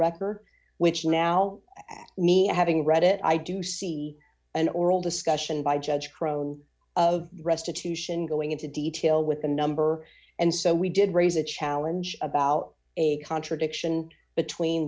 record which now having read it i do see an oral discussion by judge crone of restitution going into detail with a number and so we did raise a challenge about a contradiction between